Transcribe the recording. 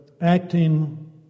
Acting